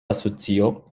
asocio